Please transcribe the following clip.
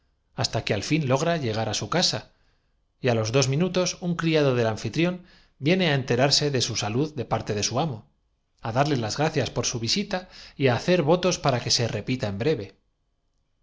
hasta que al fin logra llegar á su casa y á los dos minutos un criado del anfitrión viene á enterarse de su salud de parte de su amo á darle las gracias por su visita y á hacer votos para que se repita en breve